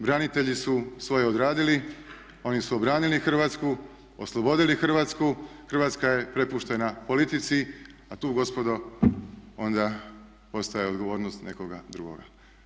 Branitelji su svoje odradili, oni su obranili Hrvatsku, oslobodili Hrvatsku, Hrvatska je prepuštena politici, a tu gospodo onda ostaje odgovornost nekoga drugoga.